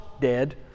dead